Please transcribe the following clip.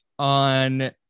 On